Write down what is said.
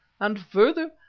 and further,